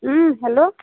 hello